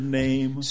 name